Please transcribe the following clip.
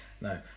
no